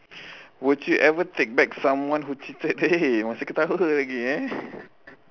would you ever take back someone who cheated eh masih ketawa lagi eh